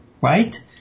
Right